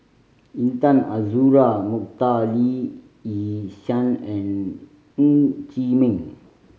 Intan Azura Mokhtar Lee Yi Shyan and Ng Chee Meng